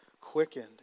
quickened